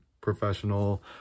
professional